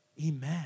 Amen